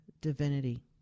divinity